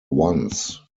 once